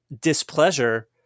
displeasure